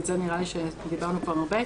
על זה נראה לי שדיברנו כבר הרבה,